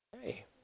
Hey